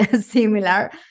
similar